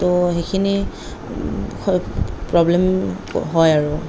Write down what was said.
তৌ সেইখিনি হয় প্ৰৱ্লেম হয় আৰু